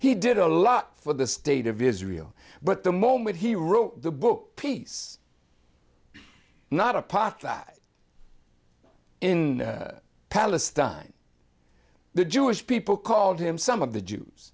he did a lot for the state of israel but the moment he wrote the book peace not apartheid in palestine the jewish people called him some of the jews